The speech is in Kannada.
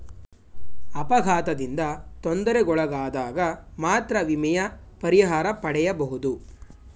ಅಪಘಾತದಿಂದ ತೊಂದರೆಗೊಳಗಾದಗ ಮಾತ್ರ ವಿಮೆಯ ಪರಿಹಾರ ಪಡೆಯಬಹುದು